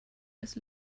just